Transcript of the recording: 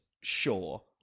sure